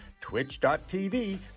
twitch.tv